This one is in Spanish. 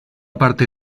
parte